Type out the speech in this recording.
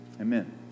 Amen